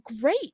great